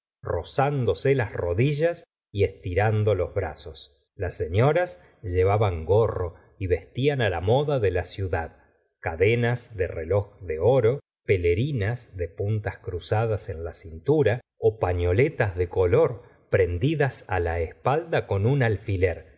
rozándose las rodillas y estirando los brazos las señoras llevaban gorro y vestían la moda de la ciudad cadenas de reloj de oro pelerinas de puntas cruzadas en la cintura ó pañoletas de color prendidas la espalda con un alfiler